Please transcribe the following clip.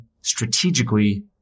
strategically